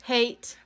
Hate